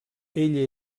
ell